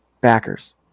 backers